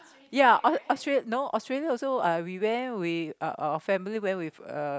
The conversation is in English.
ya aust~ no Australia also uh we went with our our families went with uh